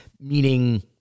Meaning